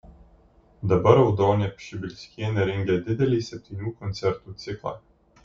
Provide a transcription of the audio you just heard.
dabar audronė pšibilskienė rengia didelį septynių koncertų ciklą